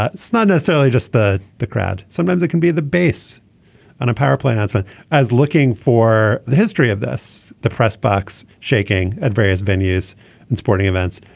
ah it's not necessarily just that the crowd. sometimes it can be the base on a power play announcement as looking for the history of this the press box shaking at various venues and sporting events.